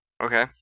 Okay